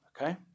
Okay